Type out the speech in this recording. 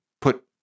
put